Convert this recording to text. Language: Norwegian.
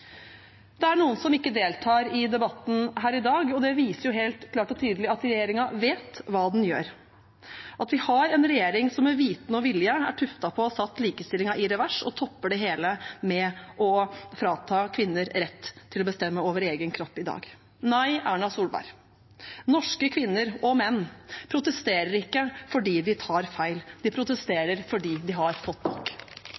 Det er noen som ikke deltar i debatten her i dag, og det viser helt klart og tydelig at regjeringen vet hva den gjør, at vi har en regjering som med vitende og vilje er tuftet på å ha satt likestillingen i revers, og som topper det hele med å frata kvinner retten til å bestemme over egen kropp i dag. Nei, Erna Solberg, norske kvinner og menn protesterer ikke fordi de tar feil. De